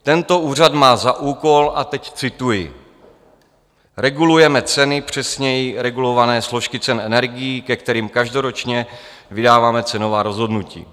Tento úřad má za úkol a teď cituji: Regulujeme ceny, přesněji regulované složky cen energií, ke kterým každoročně vydáváme cenová rozhodnutí.